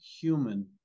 human